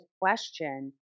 question